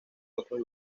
otros